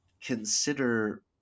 consider